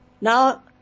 Now